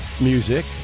music